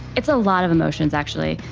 it's a lot of emotions actually,